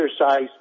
exercise